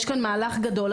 יש פה מהלך גדול.